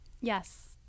Yes